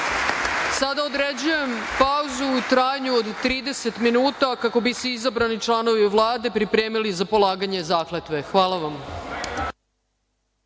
određujem pauzu u trajanju od 30 minuta, kako bi se izabrani članovi Vlade pripremili za polaganje zakletve. Hvala